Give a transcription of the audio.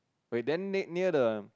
wait then nate near the